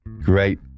great